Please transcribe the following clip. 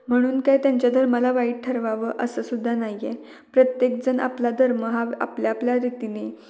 म्हणून काय त्यांच्या धर्माला वाईट ठरवावं असं सुद्धा नाही आहे प्रत्येकजण आपला धर्म हा आपल्या आपल्या रितीनी